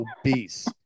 obese